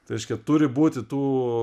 tai reiškia turi būti tų